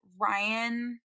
Ryan